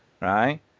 right